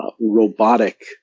robotic